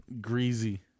Greasy